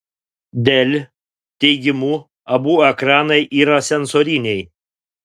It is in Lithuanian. dell teigimu abu ekranai yra sensoriniai